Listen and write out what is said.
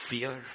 Fear